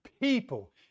people